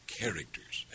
characters